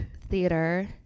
theater